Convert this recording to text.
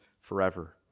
forever